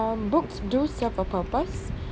um books do serve a purpose